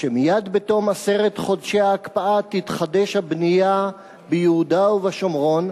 שמייד בתום עשרת חודשי ההקפאה תתחדש הבנייה ביהודה ובשומרון,